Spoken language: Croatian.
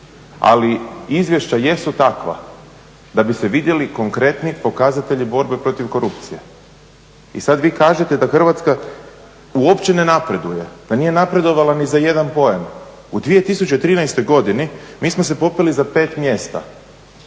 ali izvješća jesu takva da bi se vidjeli konkretni pokazatelji borbe protiv korupcije i sad vi kažete da Hrvatska uopće ne napreduje, da nije napredovala ni za jedan poen. U 2013. godini mi smo se popeli za pet mjesta.